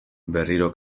berriro